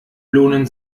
lohnen